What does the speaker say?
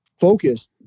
focused